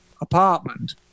apartment